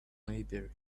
maybury